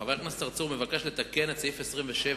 חבר הכנסת צרצור מבקש לתקן את סעיף 27,